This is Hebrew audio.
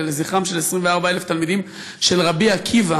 לזכרם של 24,000 תלמידים של רבי עקיבא